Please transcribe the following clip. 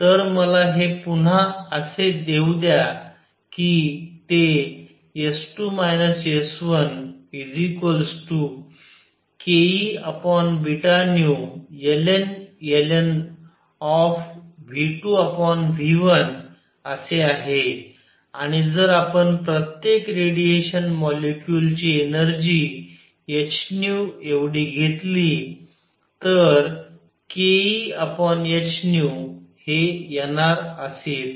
तर मला हे पुन्हा असे देऊ द्या की ते S2 S1 kEβνln V2V1 असे आहे आणि जर आपण प्रत्येक रेडिएशन मॉलिक्यूल ची एनर्जी h एवढी घेतली तर kEh हे nR असे येते